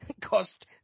cost